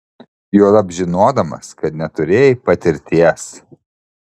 juolab žinodamas kad neturėjai patirties